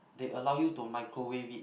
they allow you to microwave it